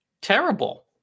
terrible